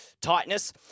tightness